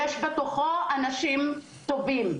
יש בתוכו אנשים טובים.